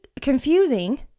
confusing